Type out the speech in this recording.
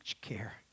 Care